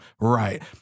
Right